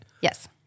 Yes